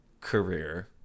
career